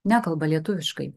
nekalba lietuviškai